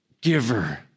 giver